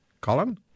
Colin